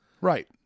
right